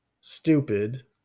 stupid